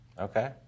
Okay